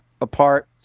apart